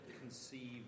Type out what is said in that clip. conceive